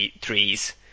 trees